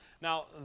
Now